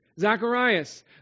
Zacharias